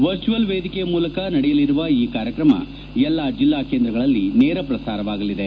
virtual ವೇದಿಕೆಯ ಮೂಲಕ ನಡೆಯಲಿರುವ ಈ ಕಾರ್ಯಕ್ರಮ ಎಲ್ಲಾ ಜಿಲ್ಲಾ ಕೇಂದ್ರಗಳಲ್ಲಿ ನೇರ ಪ್ರಸಾರವಾಗಲಿದೆ